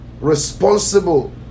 responsible